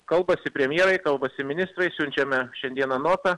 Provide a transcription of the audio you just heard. kalbasi premjerai kalbasi ministrai siunčiame šiandieną notą